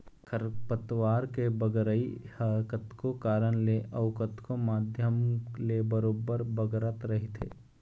खरपतवार के बगरई ह कतको कारन ले अउ कतको माध्यम ले बरोबर बगरत रहिथे